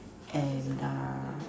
and uh